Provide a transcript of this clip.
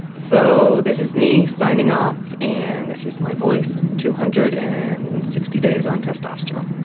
so this is me signing off and this is my voice two hundred and sixty days on testosterone.